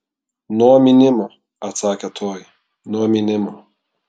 nuo mynimo atsakė toji nuo mynimo